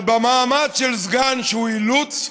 אבל במעמד של סגן שהוא אילוץ,